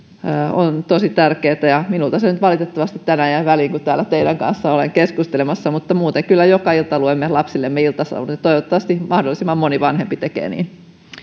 on tosi tärkeää minulta se nyt valitettavasti tänään jäi väliin kun täällä teidän kanssanne olen keskustelemassa mutta muuten kyllä joka ilta luemme lapsillemme iltasadun ja toivottavasti mahdollisimman moni vanhempi tekee niin